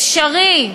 אפשרי,